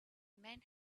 men